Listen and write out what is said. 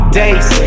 days